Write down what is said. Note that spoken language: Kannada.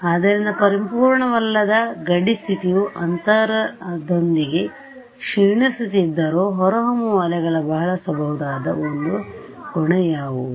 ಆದ್ದರಿಂದಪರಿಪೂರ್ಣವಲ್ಲದ ಗಡಿ ಸ್ಥಿತಿಯು ಅಂತರದೊಂದಿಗೆ ಕ್ಷೀಣಿಸುತ್ತ್ತಿದ್ದರೂ ಹೊರಹೊಮ್ಮುವ ಅಲೆಗಳ ಬಳಸಬಹುದಾದ ಒಂದು ಗುಣ ಯಾವುದು